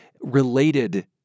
related